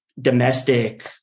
domestic